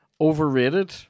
overrated